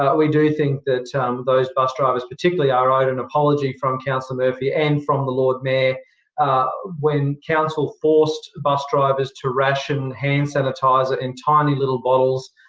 ah we do think that those bus drivers particularly are owned an apology from councillor murphy and from the lord mayor when council forced bus drivers to ration hand sanitiser in tiny little bottles,